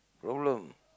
problem